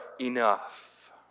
enough